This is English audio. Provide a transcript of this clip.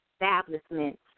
establishments